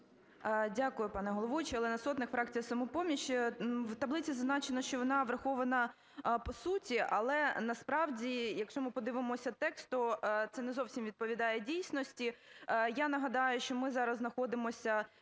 Дякую, пане головуючий. Олена Сотник, фракція "Самопоміч". У таблиці зазначено, що вона врахована по суті, але насправді, якщо ми подивимося текст, то це не зовсім відповідає дійсності. Я нагадаю, що ми зараз знаходимося